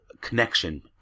connection